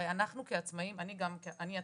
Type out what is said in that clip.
הרי אנחנו כעצמאים, אני עצמאית.